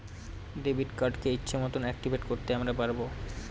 debit কার্ডকে ইচ্ছে মতন অ্যাকটিভেট করতে আমরা পারবো